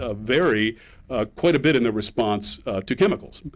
ah vary quite a bit in their response to chemicals,